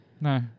No